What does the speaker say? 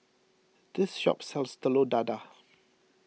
this shop sells Telur Dadah